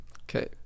Okay